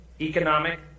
economic